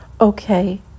okay